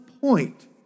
point